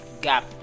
gap